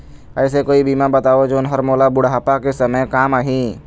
ऐसे कोई बीमा बताव जोन हर मोला बुढ़ापा के समय काम आही?